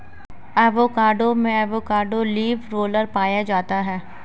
avocado में avocado leaf roller पाया जाता है